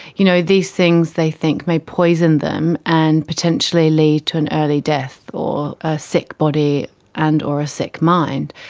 you know, these things they think may poison them and potentially lead to an early death or a sick body and or a sick mind.